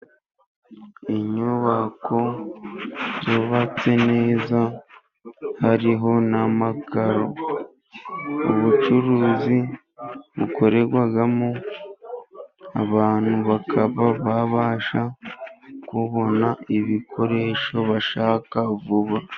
Inyubako zubabatse neza hariho n'amakaro ubucuruzi bukorerwamo, abantu bakaba babasha kubona ibikoresho bashaka vuba.